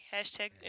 Hashtag